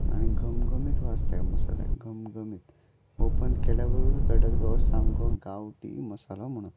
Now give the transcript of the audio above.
आनी घमघमीत वास तेका मसाल्याक घमघमीत ओपन केल्या बरोबर काडटले सामको गांवठी मसालो म्हुणोन